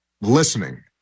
Listening